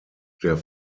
der